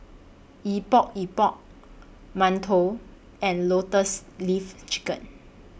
Epok Epok mantou and Lotus Leaf Chicken